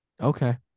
Okay